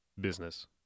business